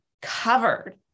covered